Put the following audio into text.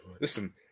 listen